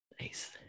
Nice